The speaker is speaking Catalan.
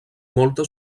molta